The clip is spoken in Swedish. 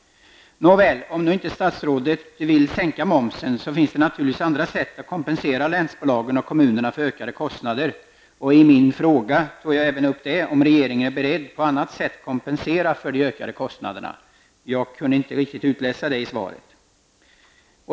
Nåväl, om nu inte statsrådet vill sänka momsen så finns det naturligtvis andra sätt att kompensera länsbolagen och kommunerna för ökade kostnader. I min fråga tog jag även upp om regeringen är beredd att på annat sätt kompensera för de ökade kostnaderna. Jag kunde inte riktigt utläsa det av svaret.